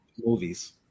Movies